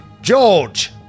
George